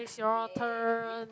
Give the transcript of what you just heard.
is your turn